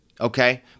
okay